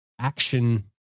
action